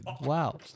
Wow